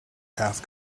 half